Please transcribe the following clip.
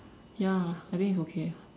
ya I think it's okay ya